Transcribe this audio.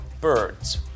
birds